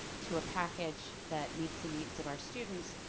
to a package that meets the needs of our students